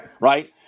Right